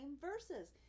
verses